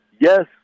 Yes